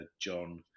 John